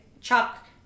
Chuck